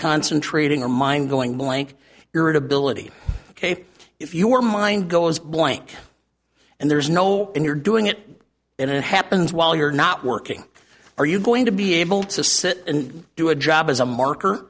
concentrating a mind going blank irritability ok if your mind goes blank and there's no and you're doing it and it happens while you're not working are you going to be able to sit and do a job as a marker